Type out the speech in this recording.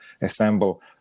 assemble